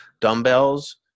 dumbbells